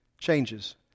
changes